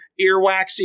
earwaxy